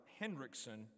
Hendrickson